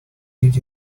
did